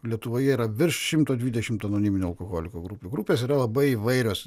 lietuvoje yra virš šimto dvidešimt anoniminių alkoholikų grupių grupės yra labai įvairios